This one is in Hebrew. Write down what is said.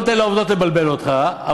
אתה לא נותן לעובדות לבלבל אותך,